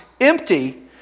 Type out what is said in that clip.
empty